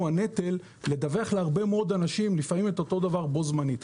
הנטל לדווח להרבה מאוד אנשים לפעמים את אותו הדבר בו זמנית.